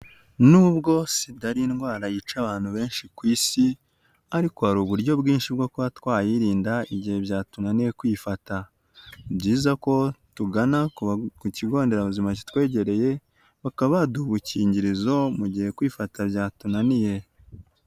Nubwo sida ari indwara yica abantu benshi ku isi ariko hari uburyo bwinshi bwo kuba twayirinda igihe byatunaniye kwifata. Byiza ko tugana ku kigo nderabuzima kitwegereye bakaba baduha udukingirizo mu gihe kwifata byatunaniye.